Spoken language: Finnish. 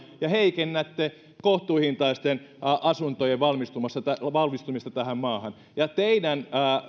ja heikennätte kohtuuhintaisten asuntojen valmistumista tähän maahan ja teidän